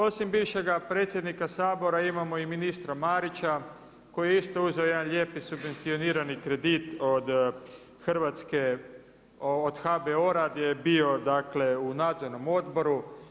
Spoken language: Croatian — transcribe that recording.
Osim bivšega predsjednika Sabora imamo i Ministra Marića koji je isto uzeo jedan lijepi subvencionirani kredit od HBOR-a gdje je bio dakle u nadzornom odboru.